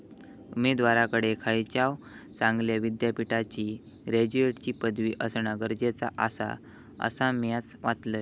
उमेदवाराकडे खयच्याव चांगल्या विद्यापीठाची ग्रॅज्युएटची पदवी असणा गरजेचा आसा, असा म्या वाचलंय